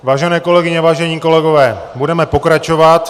Vážené kolegyně, vážení kolegové, budeme pokračovat.